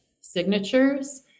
signatures